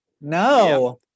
No